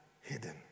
hidden